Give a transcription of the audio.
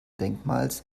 denkmals